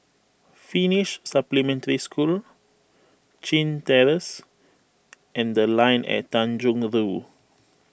Finnish Supplementary School Chin Terrace and the Line At Tanjong Rhu